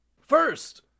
First